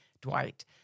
Dwight